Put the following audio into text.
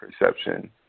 perception